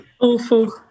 awful